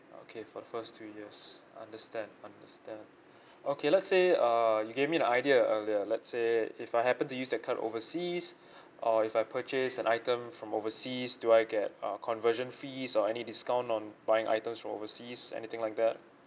okay for the first two years understand understand okay let's say uh you gave me an idea earlier let's say if I happen to use that card overseas or if I purchase an item from overseas do I get uh conversion fees or any discount on buying items from overseas anything like that